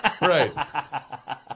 Right